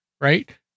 Right